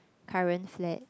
current flat